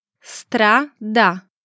Strada